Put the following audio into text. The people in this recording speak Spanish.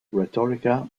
retórica